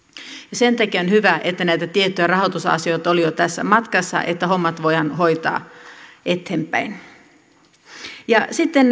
sen takia on hyvä että näitä tiettyjä rahoitusasioita oli jo tässä matkassa että hommat voidaan hoitaa eteenpäin sitten